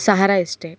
Sahara estate